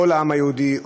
כל העם היהודי,